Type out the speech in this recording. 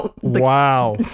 Wow